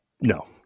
No